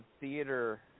theater